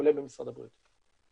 כולל במשרד הבריאות.